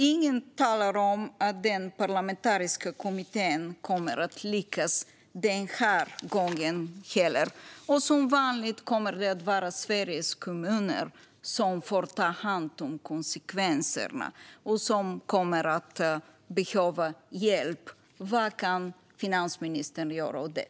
Inget talar för att den parlamentariska kommittén kommer att lyckas den här gången heller, och som vanligt kommer det att vara Sveriges kommuner som får ta konsekvenserna och kommer att behöva hjälp. Vad kan finansministern göra åt det?